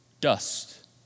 dust